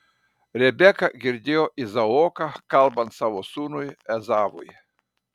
rebeka girdėjo izaoką kalbant savo sūnui ezavui